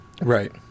Right